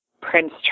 Prince